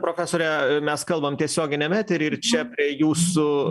profesore mes kalbam tiesioginiam etery ir čia prie jūsų